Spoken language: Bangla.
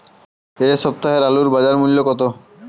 এ সপ্তাহের আলুর বাজার মূল্য কত?